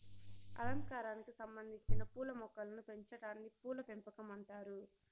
అలంకారానికి సంబందించిన పూల మొక్కలను పెంచాటాన్ని పూల పెంపకం అంటారు